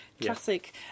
classic